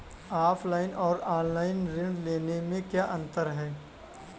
Offline और online ऋण लेने में क्या अंतर है?